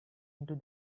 into